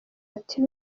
ati